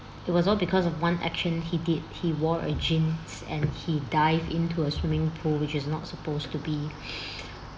it was all because of one action he did he wore a jeans and he dive into a swimming pool which is not supposed to be